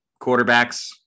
quarterbacks